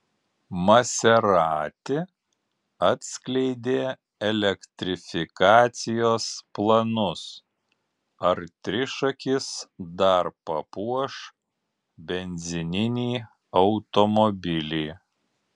maserati atskleidė elektrifikacijos planus ar trišakis dar papuoš benzininį automobilį